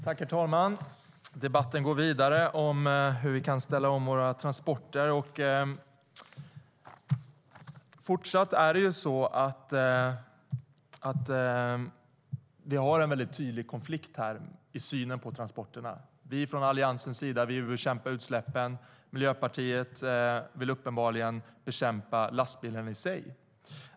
Herr talman! Debatten går vidare om hur vi kan ställa om våra transporter. Vi har en mycket tydlig konflikt i synen på transporter. Vi från Alliansens sida vill bekämpa utsläppen. Miljöpartiet vill uppenbarligen bekämpa lastbilen i sig.